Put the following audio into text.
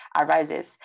arises